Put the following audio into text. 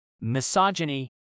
misogyny